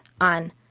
on